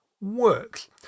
works